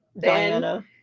diana